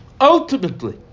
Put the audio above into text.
ultimately